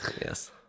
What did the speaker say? yes